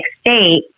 state